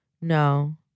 No